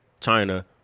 China